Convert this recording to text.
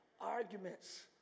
Arguments